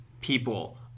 people